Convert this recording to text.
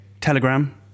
Telegram